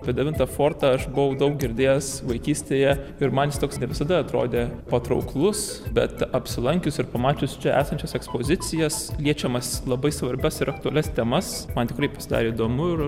apie devintą fortą aš buvau daug girdėjęs vaikystėje ir man jis toks ne visada atrodė patrauklus bet apsilankius ir pamačius čia esančias ekspozicijas liečiamas labai svarbias ir aktualias temas man tikrai pasidarė įdomu ir